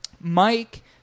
Mike